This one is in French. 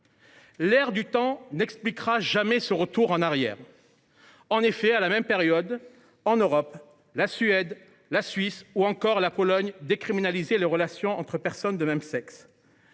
L’air du temps n’explique pas ce retour en arrière. À la même période, en Europe, la Suède, la Suisse ou encore la Pologne décriminalisaient les relations entre personnes de même sexe.